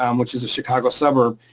um which is a chicago suburb.